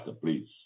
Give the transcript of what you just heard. please